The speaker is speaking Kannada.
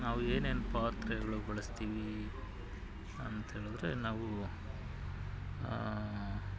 ನಾವು ಏನೇನು ಪಾತ್ರೆಗಳು ಬಳಸ್ತೀವಿ ಅಂತ ಹೇಳಿದ್ರೆ ನಾವು